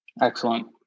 excellent